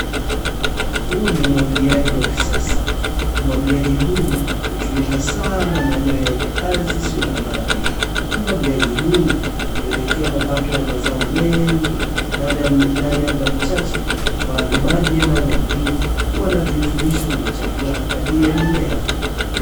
Huu ni umwagiliaji wa kisasa, umwagiliaji huu hutumika sana maeneo yenye ardhi isio na maji, umwagiliaji huu hupelekea mapato ya mazao mengi ndani ya muda mchache kwani maji yanayomwagiliwa huwa na virutubisho vya chakula kwaajili ya mimea.